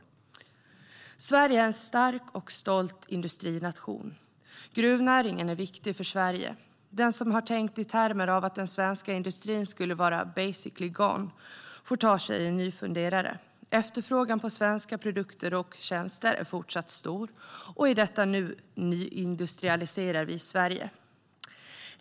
Sverige är en stark och stolt industrination. Gruvnäringen är viktig för Sverige. Den som har tänkt i termer av att den svenska industrin skulle vara basically gone får ta sig en ny funderare - efterfrågan på svenska produkter och tjänster är fortsatt stor, och i detta nu nyindustrialiserar vi Sverige.